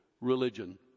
religion